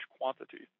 quantities